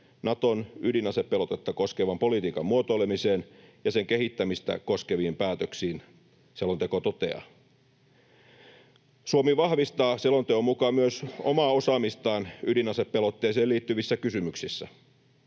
Naton ydinasepelotetta koskevan politiikan muotoilemiseen ja sen kehittämistä koskeviin päätöksiin”, selonteko toteaa. Suomi vahvistaa selonteon mukaan myös omaa osaamistaan ydinasepelotteeseen liittyvissä kysymyksissä.